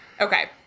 Okay